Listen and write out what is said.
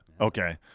okay